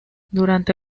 durante